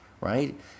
Right